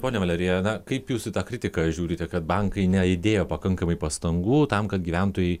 ponia valerija na kaip jūs į tą kritiką žiūrite kad bankai neįdėjo pakankamai pastangų tam kad gyventojai